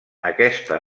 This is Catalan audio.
aquesta